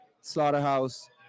Slaughterhouse